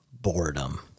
boredom